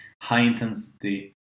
high-intensity